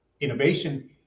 innovation